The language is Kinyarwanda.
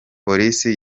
polisi